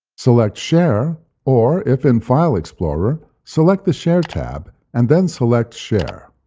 select share, or if in file explorer, select the share tab, and then select share.